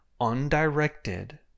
undirected